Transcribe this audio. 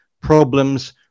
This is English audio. problems